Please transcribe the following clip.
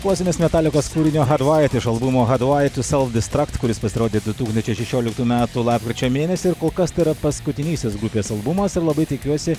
klausėmės metalikos kūrinio had vaid iš albumo had vaid tu self distrakt kuris pasirodė du tūkstančiai šešiolitų metų lapkričio mėnesį ir kol kas tai yra paskutinysis grupės albumas ir labai tikiuosi